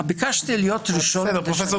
להיות ראשון.